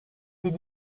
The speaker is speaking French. des